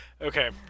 okay